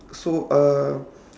so uh